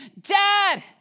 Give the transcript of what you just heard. Dad